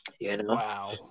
Wow